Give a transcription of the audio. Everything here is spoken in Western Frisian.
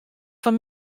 fan